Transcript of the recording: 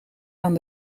aan